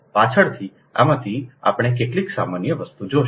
પાછળથી આમાંથી આપણે કેટલીક સામાન્ય વસ્તુ જોશું